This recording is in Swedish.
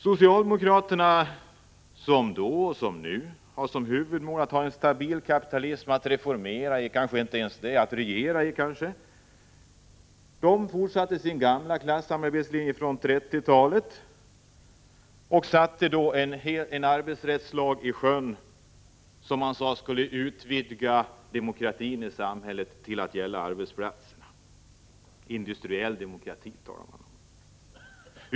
Socialdemokraterna som då hade — och fortfarande har —- som huvudmål att ha en stabil kapitalism att reformera i, eller kanske inte ens det utan bara att regera i, fortsatte sin gamla klassamarbetslinje från 1930-talet och satte i sjön en arbetsrättslag som man sade skulle utvidga demokratin i samhället till att gälla arbetsplatserna. Industriell demokrati talade man om.